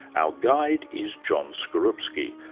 our guide is john skorupski,